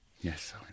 Yes